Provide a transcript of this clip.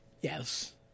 Yes